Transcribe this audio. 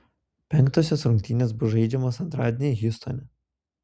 penktosios rungtynės bus žaidžiamos antradienį hjustone